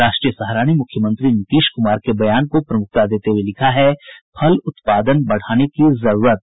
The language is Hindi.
राष्ट्रीय सहारा ने मुख्यमंत्री नीतीश कुमार के बयान को प्रमुखता देते हुये लिखा है फल उत्पादन बढ़ाने की जरूरत